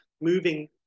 moving